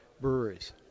breweries